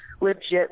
legit